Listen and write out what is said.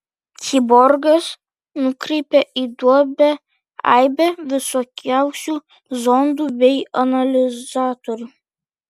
kiborgas nukreipė į duobę aibę visokiausių zondų bei analizatorių